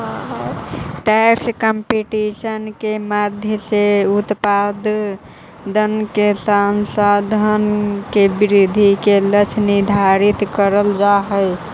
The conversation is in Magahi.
टैक्स कंपटीशन के माध्यम से उत्पादन के संसाधन के वृद्धि के लक्ष्य निर्धारित करल जा हई